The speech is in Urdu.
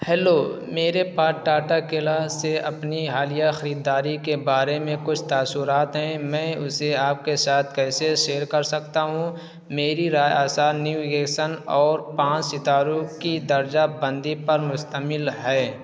ہیلو میرے پاس ٹاٹا قلع سے اپنی حالیہ خریداری کے بارے میں کچھ تاثرات ہیں میں اسے آپ کے شاتھ کیسے شیئر کر سکتا ہوں میری رائے آسان نیویگیسن اور پانچ ستاروں کی درجہ بندی پر مستمل ہے